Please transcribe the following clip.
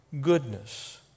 goodness